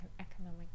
Economic